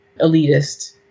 elitist